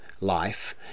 life